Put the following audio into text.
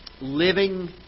living